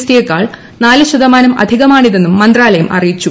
T യെക്കാൾ നാലു ശതമാനം അധികമാണിതെന്നും മന്ത്രാലയ്ക്കും അറിയിച്ചു